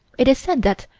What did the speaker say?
it is said that,